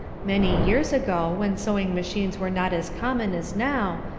many years ago, when sewing machines were not as common as now,